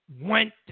went